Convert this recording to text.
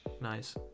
Nice